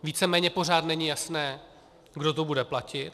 Víceméně pořád není jasné, kdo to bude platit.